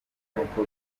n’uko